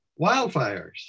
wildfires